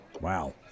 wow